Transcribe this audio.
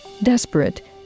Desperate